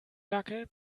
dackel